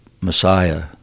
Messiah